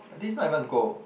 but this not even gold